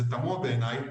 וזה תמוהה בעיניי,